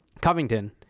Covington